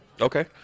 Okay